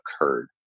occurred